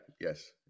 Yes